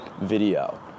video